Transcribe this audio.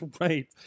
right